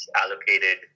allocated